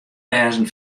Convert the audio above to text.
wêzen